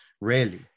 rarely